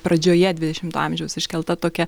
pradžioje dvidešimto amžiaus iškelta tokia